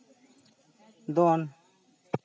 ᱫᱚᱱ